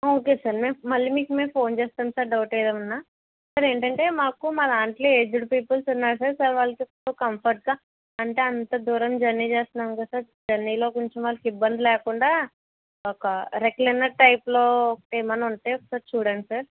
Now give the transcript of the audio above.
okay sir మేం మళ్లీ మీకు మేం ఫోన్ చేస్తాం సార్ డౌట్ ఏమన్నా ఉన్నా సార్ ఏంటంటే మాకూ మా దాంట్లో ఏజ్డ్ పీపుల్సు ఉన్నారు సార్ సార్ వాళ్లకి కంఫర్ట్గా అంటే అంత దూరం జర్నీ చేస్తున్నాం కదా సార్ జర్నీలో కొంచెం వాళ్లకి ఇబ్బంది లేకుండా ఒక రెక్లెనర్ టైప్లో ఒకటి ఏమన్న ఉంటే ఒకసారి చూడండి సార్